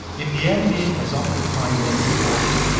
if the enemy has occupied them before you,